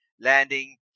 landing